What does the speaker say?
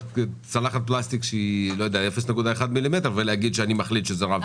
צלחת פלסטיק של 0.1 מ"מ ולהגיד שאני מחליט שזה רב-פעמי.